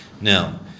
Now